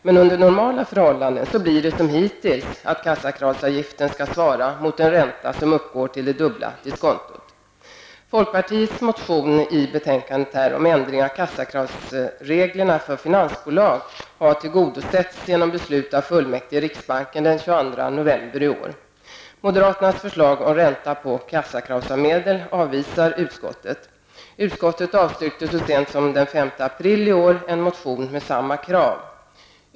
Men under normala förhållanden blir det som hittills, att kassakravsavgiften skall svara mot en ränta som uppgår till det dubbla diskontot. Folkpartiets motion om ändring av kassakravsreglerna för finansbolag har tillgodosetts genom beslut av fullmäktige i riksbanken den 22 Moderaternas förslag om ränta på kassakravsmedel avvisar utskottet. Utskottet avstyrkte så sent som den 5 april i år en motion med samma krav.